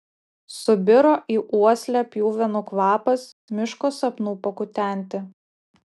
subiro į uoslę pjuvenų kvapas miško sapnų pakutenti